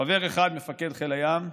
חבר אחד, מפקד חיל הים לשעבר,